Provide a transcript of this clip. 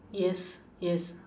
yes yes